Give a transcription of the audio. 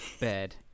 bed